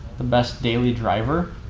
the best daily driver?